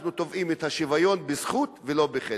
אנחנו תובעים את השוויון בזכות ולא בחסד.